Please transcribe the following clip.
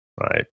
right